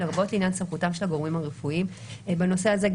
לרבות לעניין סמכותם של הגורמים הרפואיים." גם בנושא הזה,